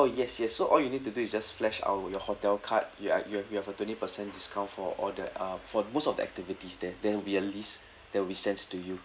oh yes yes so all you need to do is just flash our your hotel card you are you are you have a twenty percent discount for all the uh for most of the activities there there will be a list that will be sent to you